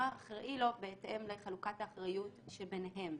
אחראי לו בהתאם לחלוקת האחריות שביניהם,